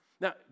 now